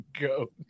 go